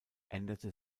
änderte